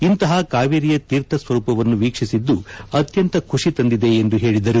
ಇಂತಹ ಕಾವೇರಿಯ ತೀರ್ಥಸ್ವರೂಪವನ್ನು ವೀಕ್ಷಿಸಿದ್ದು ಅತ್ಯಂತ ಖುಷಿ ತಂದಿದೆ ಎಂದು ಹೇಳಿದರು